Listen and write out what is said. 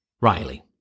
Riley